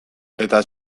eta